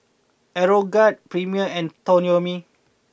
Aeroguard Premier and Toyomi